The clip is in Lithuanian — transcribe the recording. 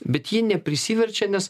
bet jie neprisiverčia nes